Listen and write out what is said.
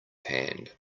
hand